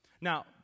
Now